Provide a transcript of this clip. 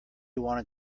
wanted